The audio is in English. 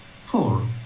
Four